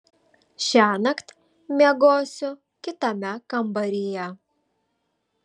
šiąnakt miegosiu kitame kambaryje